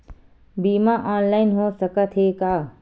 बीमा ऑनलाइन हो सकत हे का?